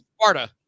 Sparta